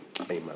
Amen